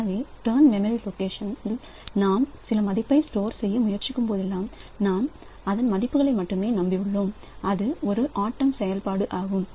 எனவே turn memory லொக்கேஷனில்நாம் சில மதிப்பை ஸ்டோர் செய்ய முயற்சிக்கும்போதெல்லாம் நாம் அதன் மதிப்புகளை மட்டுமே நம்பியுள்ளோம் அது ஒரு ஆட்டம் செயல்பாடு ஆகும்